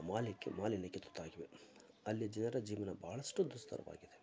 ಮಾಲಿಕ್ಕೆ ಮಾಲಿನ್ಯಕ್ಕೆ ತುತ್ತಾಗಿವೆ ಅಲ್ಲಿ ಜನರ ಜೀವನ ಭಾಳಷ್ಟು ದುಸ್ತರವಾಗಿದೆ